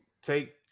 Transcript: take